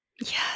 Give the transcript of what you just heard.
Yes